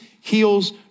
heals